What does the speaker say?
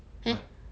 !huh!